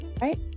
right